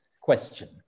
question